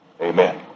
Amen